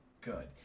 good